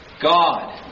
God